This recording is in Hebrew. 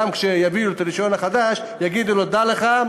גם כשיביאו את הרישיון החדש יגידו לו: דע לך,